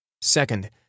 Second